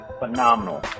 phenomenal